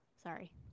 Sorry